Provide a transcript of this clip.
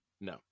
No